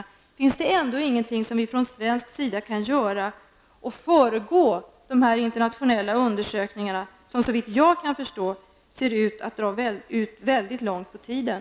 Jag vill då fråga: Finns det ändå ingenting som vi från svensk sida kan göra, innan de internationella undersökningarna blir klara. Såvitt jag kan förstå kommer de att dra ut väldigt långt på tiden?